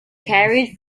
carried